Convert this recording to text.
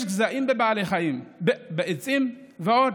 יש גזעים בבעלי חיים, בעצים ועוד,